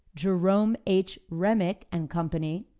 jerome h. remick and company,